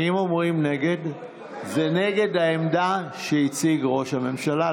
זה נגד העמדה שהציג ראש הממשלה.